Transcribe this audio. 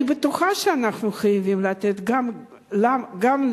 אני בטוחה שאנחנו חייבים לתת גם למשפחות